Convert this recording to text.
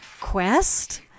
quest